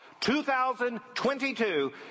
2022